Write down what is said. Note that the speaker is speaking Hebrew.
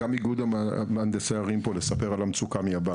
גם איגוד מהנדסי הערים נמצאים פה לספר על המצוקה מהבית.